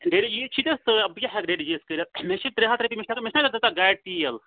daddy ji چھُے ژےٚ سۭتۍ بہٕ کیٛاہ ہٮ۪کہٕ ڈیڈی جی یَس کٔرِتھ مےٚ چھِ ترٛےٚ ہَتھ رۄپیہٕ مےٚ چھُنہ دَزان گاڑِ تیٖل